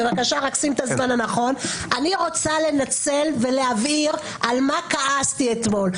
בבקשה רק שים את הזמן הנכון - אני רוצה לנצל ולהבהיר על מה כעסתי אתמול.